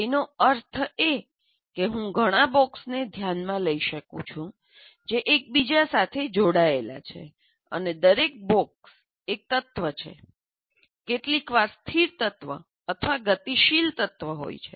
તેનો અર્થ એ કે હું ઘણાબોક્સને ધ્યાનમાં લઈ શકું છું જે એકબીજા સાથે જોડાયેલા છે અને દરેક બોક્સ એક તત્વ છે કેટલીકવાર સ્થિર તત્વ અથવા ગતિશીલ તત્વ હોય છે